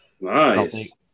Nice